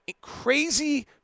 crazy